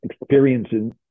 experiences